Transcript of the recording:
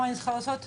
מה אני צריכה לעשות?